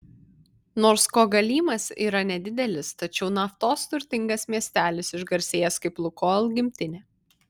nors kogalymas yra nedidelis tačiau naftos turtingas miestelis išgarsėjęs kaip lukoil gimtinė